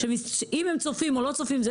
אם הם צופים או לא צופים,